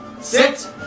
Sit